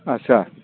आस्सा